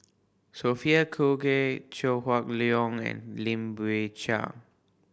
Sophia Cooke Chew Hock Leong and Lim Biow Chuan